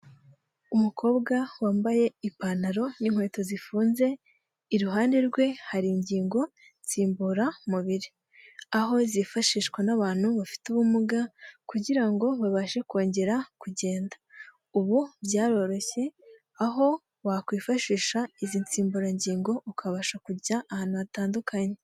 Umukobwa wambaye ipantaro n'inkweto zifunze, iruhande rwe hari ingingo nsimburamubiri. Aho zifashishwa n'abantu bafite ubumuga kugira ngo babashe kongera kugenda. Ubu byaroroshye aho wakwifashisha izi nsimburangingo ukabasha kujya ahantu hatandukanye.